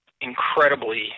incredibly